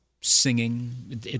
singing